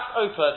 open